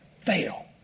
fail